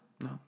No